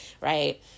right